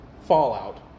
fallout